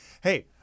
Hey